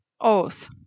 oath